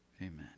amen